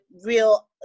real